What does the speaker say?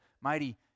mighty